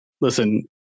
listen